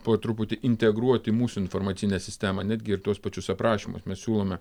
po truputį integruoti mūsų informacinę sistemą netgi ir tuos pačius aprašymus mes siūlome